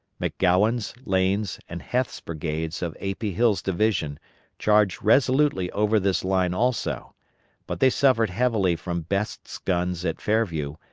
mcgowan's, lane's, and heth's brigades of a. p. hill's division charged resolutely over this line also but they suffered heavily from best's guns at fairview,